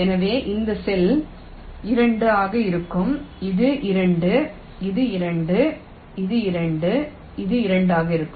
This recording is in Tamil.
எனவே இந்த செல் 2 ஆக இருக்கும் இது 2 இது 2 இது 2 இது 2 ஆக இருக்கும்